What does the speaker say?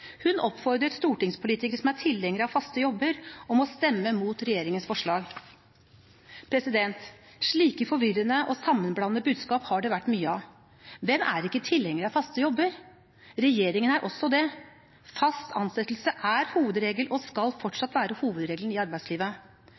Hun oppfordret stortingspolitikere som er tilhengere av faste jobber, til å stemme mot regjeringens forslag. Slike forvirrende og sammenblandede budskap har det vært mye av. Hvem er ikke tilhenger av faste jobber? Regjeringen er også det. Fast ansettelse er hovedregelen og skal fortsatt være hovedregelen i arbeidslivet.